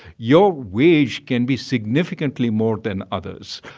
your wage can be significantly more than others.